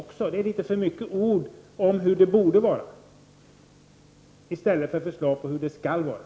Det är för mycket ord om hur det borde vara i stället för förslag om hur det skall vara.